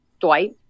Dwight